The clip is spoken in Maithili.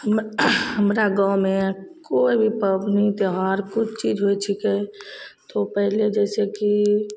हम हमरा गाममे कोइभी पबनी त्योहार किछु चीज होइ छिकै तऽ ओ पहिले जइसेकि